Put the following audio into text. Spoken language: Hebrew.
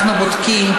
אנחנו בודקים,